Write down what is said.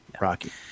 rocky